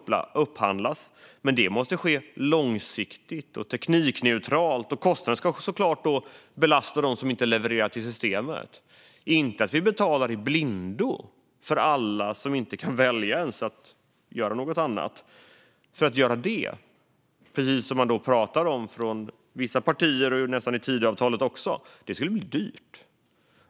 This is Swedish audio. Här måste man upphandla, men det måste ske långsiktigt och teknikneutralt. Kostnaden ska såklart belasta dem som inte levererar till systemet. Vi ska inte betala i blindo för alla som inte ens kan välja. Att göra det, precis som man pratar om från vissa partier och som det nästan står i Tidöavtalet, skulle bli dyrt.